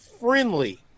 Friendly